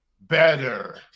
better